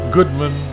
Goodman